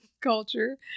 culture